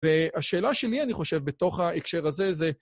והשאלה שלי אני חושב, בתוך ההקשר הזה זה...